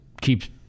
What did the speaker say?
keeps